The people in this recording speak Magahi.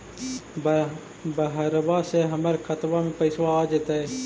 बहरबा से हमर खातबा में पैसाबा आ जैतय?